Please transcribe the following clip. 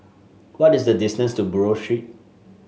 what is the distance to Buroh Street